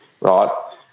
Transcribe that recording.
right